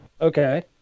Okay